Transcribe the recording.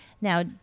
Now